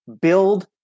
Build